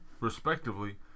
respectively